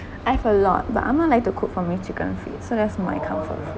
I've a lot but ah mah like to cook for me chicken feet so that's my comfort food